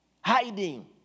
Hiding